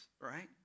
right